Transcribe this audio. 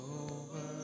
over